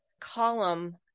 column